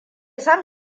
san